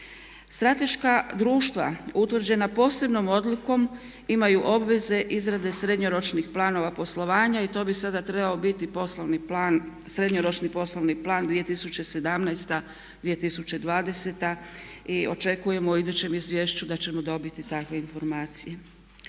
Strateška društva utvrđena posebnom odlukom imaju obveze izrade srednjoročnih planova poslovanja i to bi sada trebao biti poslovni plan, srednjoročni poslovni plan 2017./2020. i očekujemo u idućem izvješću da ćemo dobiti takve informacije.